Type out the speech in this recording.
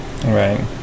Right